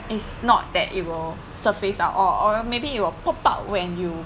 it's not that it will surface out or or maybe it will pop up when you